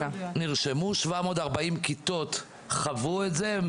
נרשמו, 740 כיתות חוו את זה.